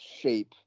shape